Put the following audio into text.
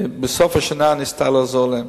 בסוף השנה ניסתה לעזור להם.